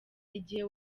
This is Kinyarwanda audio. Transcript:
igihe